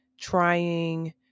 trying